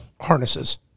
harnesses